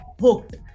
hooked